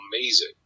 amazing